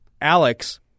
Alex